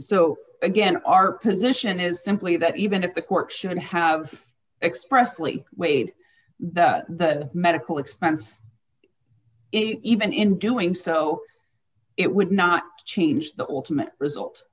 so again our position is simply that even if the court should have expressly weighed the medical expense even in doing so it would not change the ultimate result